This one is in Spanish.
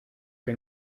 que